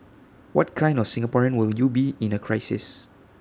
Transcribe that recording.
what kind of Singaporean will you be in A crisis